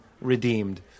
redeemed